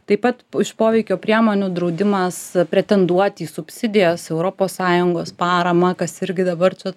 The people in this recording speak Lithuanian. taip pat iš poveikio priemonių draudimas pretenduoti į subsidijas europos sąjungos paramą kas irgi dabar čia